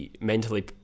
mentally